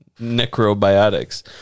necrobiotics